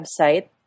website